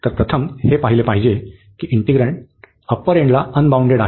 तर प्रथम हे पाहिले पाहिजे की इंटिग्रन्ड अप्पर एंडला अनबाउंडेड आहे